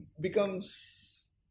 becomes